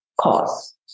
cause